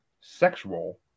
Sexual